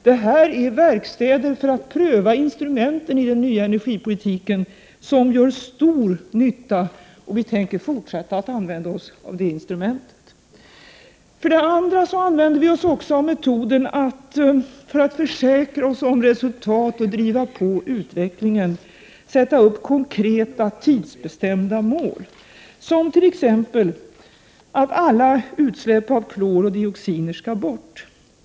Det här är verkstäder för att pröva instrumenten i den nya energipolitiken som gör stor nytta. Vi tänker fortsätta att använda oss av det instrumentet. För att försäkra oss om resultat och driva på den utvecklingen, sätter vi upp konkreta och tidsbestämda mål. Det gäller t.ex. att alla utsläpp av klor och dioxiner skall bort.